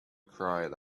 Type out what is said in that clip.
cried